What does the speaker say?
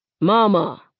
Mama